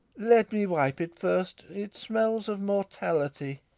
let me wipe it first it smells of mortality.